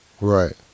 Right